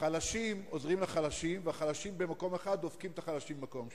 החלשים עוזרים לחלשים והחלשים במקום אחד דופקים את החלשים במקום שני.